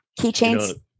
Keychains